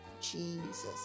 Jesus